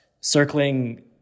circling